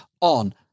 on